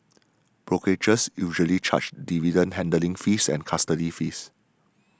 brokerages usually charge dividend handling fees and custody fees